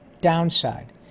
downside